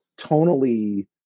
tonally